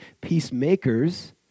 peacemakers